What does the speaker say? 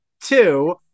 Two